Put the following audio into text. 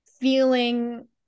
feeling